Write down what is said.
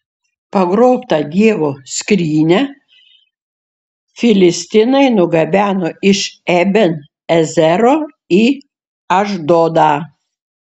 pagrobtą dievo skrynią filistinai nugabeno iš eben ezero į ašdodą